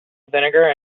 vinegar